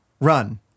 run